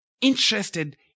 interested